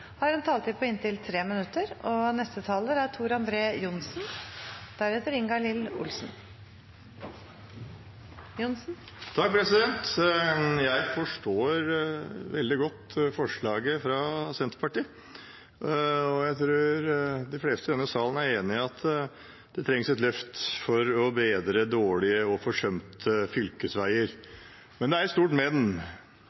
også en taletid på inntil 3 minutter. Jeg forstår veldig godt forslaget fra Senterpartiet, og jeg tror de fleste i denne salen er enig i at det trengs et løft for å bedre dårlige og forsømte fylkesveier.